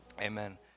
Amen